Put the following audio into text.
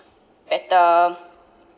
better